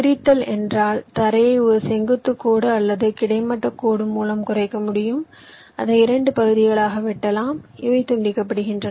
பிரித்தல் என்றால் தரையை ஒரு செங்குத்து கோடு அல்லது ஒரு கிடைமட்ட கோடு மூலம் குறைக்க முடியும் அதை 2 பகுதிகளாக வெட்டலாம் இவை துண்டிக்கப்படுகின்றன